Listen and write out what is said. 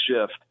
shift